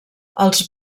els